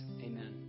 Amen